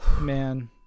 man